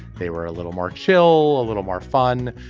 they were a little more chill a little more fun.